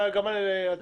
נלך על התצהיר.